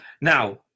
Now